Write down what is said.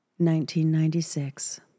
1996